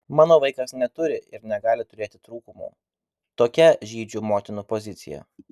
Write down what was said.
mano vaikas neturi ir negali turėti trūkumų tokia žydžių motinų pozicija